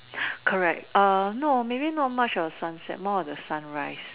correct err maybe not so much of the sunset more of the sunrise